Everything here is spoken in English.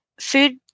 Food